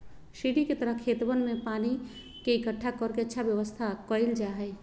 सीढ़ी के तरह खेतवन में पानी के इकट्ठा कर के अच्छा व्यवस्था कइल जाहई